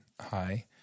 Hi